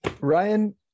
Ryan